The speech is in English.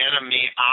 enemy